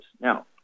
Now